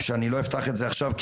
אני לא אפתח את זה עכשיו,